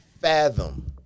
fathom